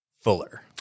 Fuller